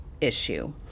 issue